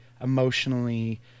emotionally